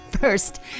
First